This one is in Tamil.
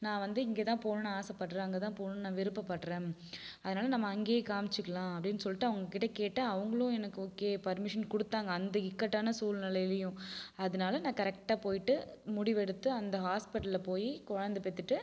நான் வந்து இங்கே தான் போகனுன்னு ஆசைப்படுறேன் அங்க தான் போகனுன்னு நான் விருப்பப்படுகிறேன் அதனால் நம்ம அங்கையே காமிச்சிக்கலாம் அப்படின்னு சொல்லிட்டு அவங்ககிட்ட கேட்டேன் அவங்களும் எனக்கு ஓகே பர்மிஷன் கொடுத்தாங்க அந்த இக்கட்டான சூழ்நிலையிலையும் அதனால் நான் கரெக்ட்டாக போயிவிட்டு முடிவெடுத்து அந்த ஹாஸ்பிட்டலில் போய் குழந்த பெத்துட்டு